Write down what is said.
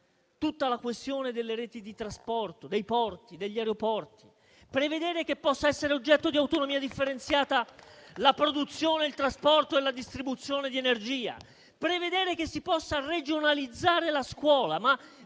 la questione delle reti di trasporto, dei porti e degli aeroporti; prevedere che possano essere oggetto di autonomia differenziata la produzione, il trasporto e la distribuzione di energia; prevedere che si possa regionalizzare la scuola: ma